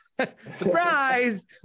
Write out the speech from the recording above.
surprise